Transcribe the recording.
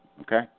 Okay